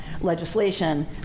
legislation